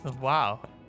Wow